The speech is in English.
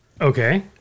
Okay